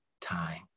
time